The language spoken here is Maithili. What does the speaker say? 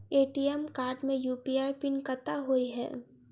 ए.टी.एम कार्ड मे यु.पी.आई पिन कतह होइ है?